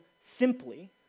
simply